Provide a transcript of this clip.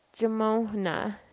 Jamona